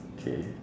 okay